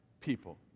people